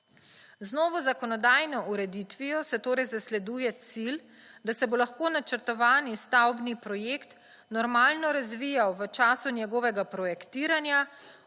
Z novo zakonodajno ureditvijo se torej zasleduje cilj, da se bo lahko načrtovani stavbni projekt normalno razvijal v času njegovega projektiranja